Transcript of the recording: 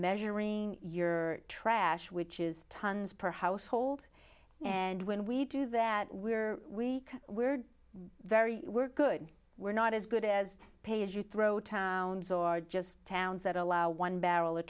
measuring your trash which is tons per household and when we do that we're we weird very good we're not as good as pay as you throw towns are just towns that allow one barrel